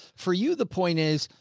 for you, the point is.